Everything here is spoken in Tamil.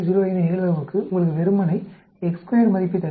05 நிகழ்தகவுக்கு உங்களுக்கு வெறுமனே மதிப்பைத் தருகிறது